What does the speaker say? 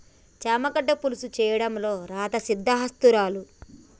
చామ గడ్డల పులుసు చేయడంలో రాధా సిద్దహస్తురాలు